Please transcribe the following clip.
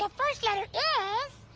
ah first letter is